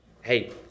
hey